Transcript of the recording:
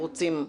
חרוצים נתנו?